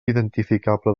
identificable